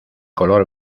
color